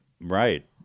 Right